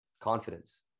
confidence